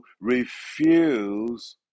refuse